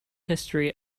history